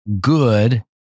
good